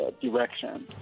direction